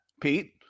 pete